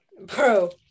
Bro